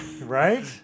right